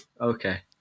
Okay